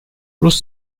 rus